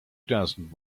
doesn’t